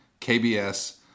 KBS